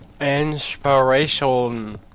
Inspiration